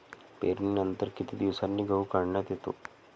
पेरणीनंतर किती दिवसांनी गहू काढण्यात येतो?